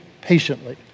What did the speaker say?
patiently